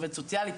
עובדת סוציאלית,